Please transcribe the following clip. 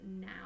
now